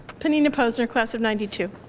penina poser, class of ninety two.